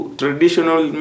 traditional